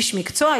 איש מקצוע,